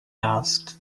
asked